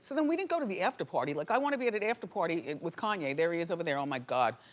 so we didn't go to the after party. like i wanted to be at an after party with kanye. there he is over there. oh my god.